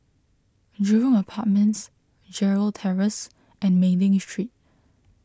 Jurong Apartments Gerald Terrace and Mei Ling Street